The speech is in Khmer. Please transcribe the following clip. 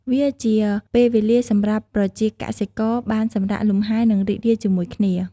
វាជាពេលវេលាសម្រាប់ប្រជាកសិករបានសម្រាកលំហែ និងរីករាយជាមួយគ្នា។